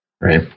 right